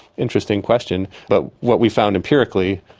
interesting question, but what we found empirically,